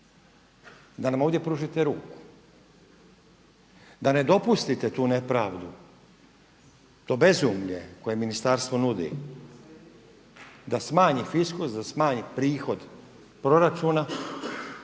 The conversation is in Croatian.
da nam ovdje pružite ruku, da ne dopustite tu nepravdu, to bezumlje koje ministarstvo nudi da smanji fiskus, da smanji prihod proračuna